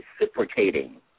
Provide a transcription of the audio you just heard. reciprocating